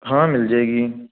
ਹਾਂ ਮਿਲ ਜਾਏਗੀ